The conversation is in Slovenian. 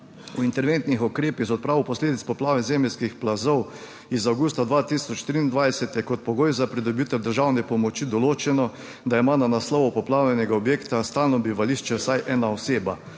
o interventnih ukrepih za odpravo posledic poplav in zemeljskih plazov iz avgusta 2023 je kot pogoj za pridobitev državne pomoči določeno, da ima na naslovu poplavljenega objekta stalno bivališče vsaj ena oseba,